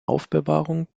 aufbewahrung